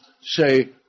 say